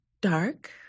Dark